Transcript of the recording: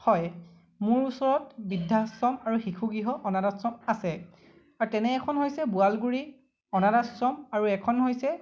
হয় মোৰ ওচৰত বৃদ্ধাশ্ৰম আৰু শিশু গৃহ অনাথ আশ্ৰম আছে আৰু তেনে এখন হৈছে বোৱালগুৰি অনাথ আশ্ৰম আৰু এখন হৈছে